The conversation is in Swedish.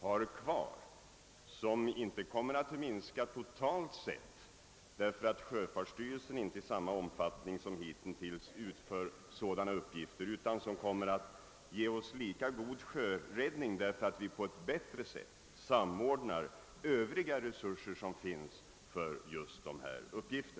Sjöräddningsarbetet kommer inte att minska totalt sett därför att sjöfartsstyrelsen inte i samma omfattning som hitintills utför sådana uppgifter, utan det kommer att vara lika effektivt som tidigare därför att vi på ett bättre sätt samordnar övriga resurser på detta område.